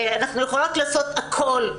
אנחנו יכולות לעשות הכל.